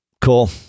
Cool